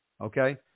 okay